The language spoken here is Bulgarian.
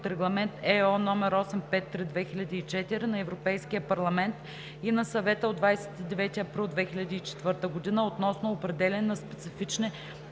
Регламент (ЕО) № 853/2004 на Европейския парламент и на Съвета от 29 април 2004 г. относно определяне на специфични